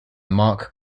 mark